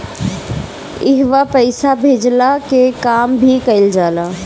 इहवा पईसा भेजला के काम भी कइल जाला